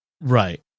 Right